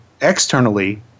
externally